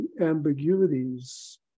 ambiguities